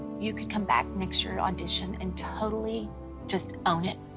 you could come back next year, audition and totally just own it.